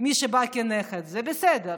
זה בסדר,